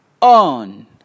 on